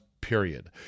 Period